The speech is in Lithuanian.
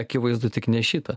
akivaizdu tik ne šitą